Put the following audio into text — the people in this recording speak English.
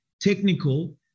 technical